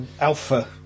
Alpha